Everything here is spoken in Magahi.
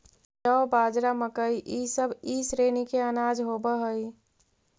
जौ, बाजरा, मकई इसब ई श्रेणी के अनाज होब हई